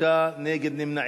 מס רכישה לתושב חוץ),